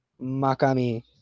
Makami